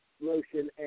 lotion